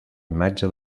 imatge